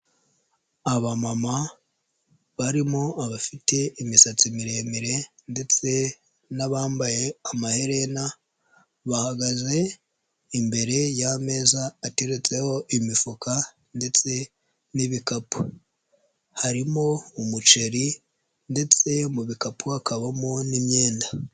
Abamama barimo abafite imisatsi miremire ndetse n'abambaye amaherena, bahagaze imbere y'ameza ateretseho imifuka ndetse n'ibikapu, harimo umuceri ndetse mu bikapu hakabamo n'imyenda.